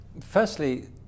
firstly